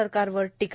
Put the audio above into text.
सरकारवर टीका